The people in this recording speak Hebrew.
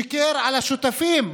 שיקר לשותפים,